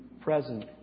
present